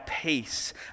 peace